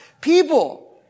people